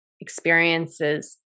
experiences